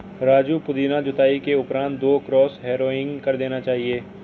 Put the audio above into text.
राजू पुदीना जुताई के उपरांत दो क्रॉस हैरोइंग कर देना चाहिए